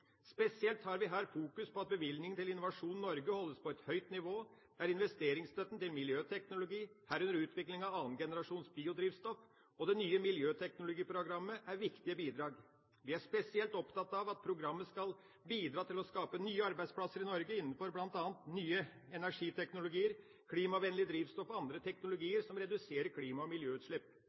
Spesielt har vi her fokus på at bevilgninger til Innovasjon Norge holdes på et høyt nivå, der investeringsstøtten til miljøteknologi, herunder utvikling av 2. generasjons biodrivstoff og det nye miljøteknologiprogrammet, er viktig bidrag. Vi er spesielt opptatt av at programmet skal bidra til å skape nye arbeidsplasser i Norge innenfor bl.a. nye energiteknologier, klimavennlig drivstoff og andre teknologier som reduserer klima- og miljøutslipp.